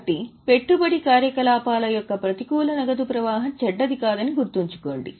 కాబట్టి పెట్టుబడి కార్యకలాపాల యొక్క ప్రతికూల నగదు ప్రవాహం చెడ్డది కాదని గుర్తుంచుకోండి